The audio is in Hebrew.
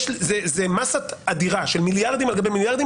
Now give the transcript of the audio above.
זו מסה אדירה של מיליארדים על גבי מיליארדים